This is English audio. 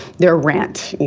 their rent, you